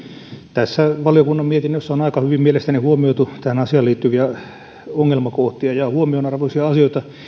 tässä valiokunnan mietinnössä on aika hyvin mielestäni huomioitu tähän asiaan liittyviä ongelmakohtia ja huomionarvoisia asioita